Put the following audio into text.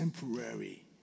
temporary